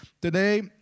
Today